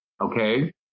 okay